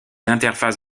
interfaces